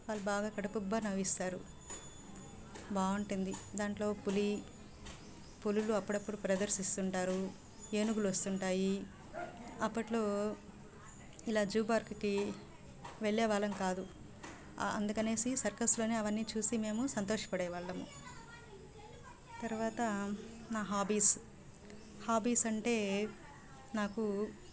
వాళ్ళు బాగా కడుపుబ్బ నవ్విస్తారు బాగుంటుంది దాంట్లో పులి పులులు అప్పుడప్పుడు ప్రదర్శిస్తుంటారు ఏనుగులు వస్తుంటాయి అప్పట్లో ఇలా జూ పార్క్కి వెళ్ళే వాళ్ళం కాదు అందుకని సర్కస్లోనే అవన్నీ చూసి మేము సంతోషపడే వాళ్ళము తరువాత నా హాబీస్ హాబీస్ అంటే నాకు